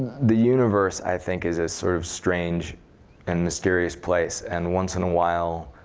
the universe, i think, is a sort of strange and mysterious place. and once in a while,